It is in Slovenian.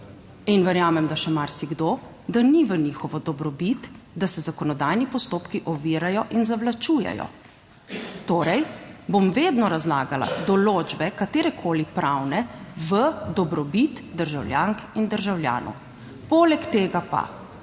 in verjamem, da še marsikdo, da ni v njihovo dobrobit, da se zakonodajni postopki ovirajo in zavlačujejo. Torej, bom vedno razlagala določbe, katerekoli pravne, v dobrobit državljank in državljanov. Poleg tega pa